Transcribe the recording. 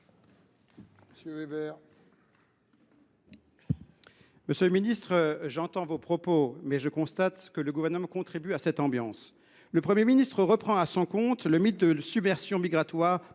Monsieur le garde des sceaux, j’entends vos propos, mais je constate que le Gouvernement contribue à cette ambiance. Ainsi, le Premier ministre reprend à son compte le mythe de la « submersion migratoire